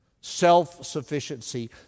Self-sufficiency